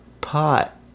pot